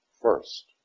first